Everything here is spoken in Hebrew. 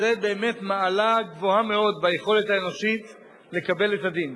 זו באמת מעלה גבוהה מאוד ביכולת האנושית לקבל את הדין.